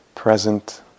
Present